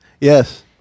Yes